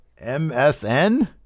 MSN